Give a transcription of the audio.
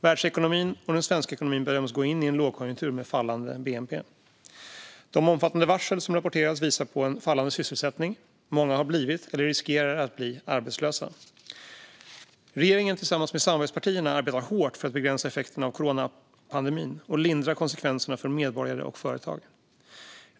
Världsekonomin och den svenska ekonomin bedöms gå in i en lågkonjunktur med fallande bnp. De omfattande varsel som rapporterats visar på en fallande sysselsättning. Många har blivit, eller riskerar att bli, arbetslösa. Regeringen, tillsammans med samarbetspartierna, arbetar hårt för att begränsa effekterna av coronapandemin och lindra konsekvenserna för medborgare och företag.